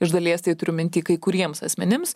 iš dalies tai turiu minty kai kuriems asmenims